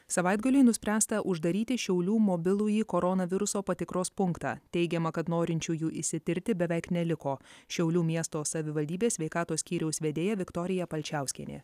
savaitgalį nuspręsta uždaryti šiaulių mobilųjį koronaviruso patikros punktą teigiama kad norinčiųjų išsitirti beveik neliko šiaulių miesto savivaldybės sveikatos skyriaus vedėja viktorija palčiauskienė